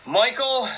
michael